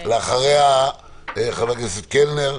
לפי ההגדרה בחוק העונשין,